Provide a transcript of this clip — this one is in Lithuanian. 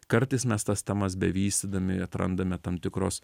kartais mes tas temas bevystydami atrandame tam tikros